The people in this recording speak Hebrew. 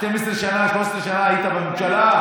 12 שנה, 13 שנה היית בממשלה.